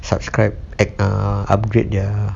subscribe and err upgrade their